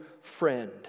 friend